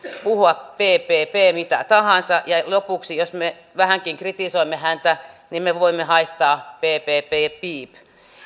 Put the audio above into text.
puhua ppp mitä tahansa ja lopuksi jos me vähänkin kritisoimme häntä niin me voimme haistaa ppp ja piip